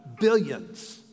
Billions